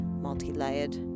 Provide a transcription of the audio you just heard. multi-layered